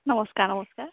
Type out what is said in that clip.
নমস্কাৰ নমস্কাৰ